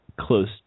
close